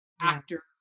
actor